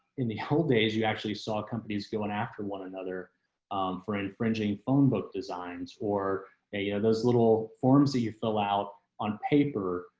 in the whole days you actually saw companies going after one another for infringing phone book designs or a those little forms that you fill out on paper.